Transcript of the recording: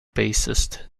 bassist